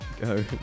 go